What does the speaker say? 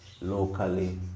locally